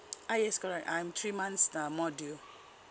ah yes correct I'm three months uh more due